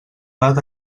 edat